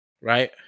right